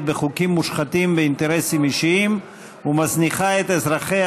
בחוקים מושחתים ובאינטרסים אישיים ומזניחה את אזרחיה